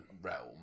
Realm